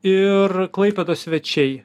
ir klaipėdos svečiai